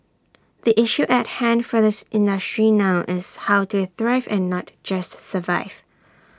the issue at hand for the industry now is how to thrive and not just survive